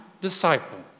disciple